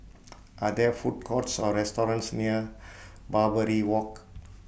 Are There Food Courts Or restaurants near Barbary Walk